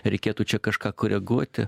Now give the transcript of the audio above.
reikėtų čia kažką koreguoti